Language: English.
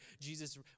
Jesus